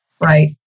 right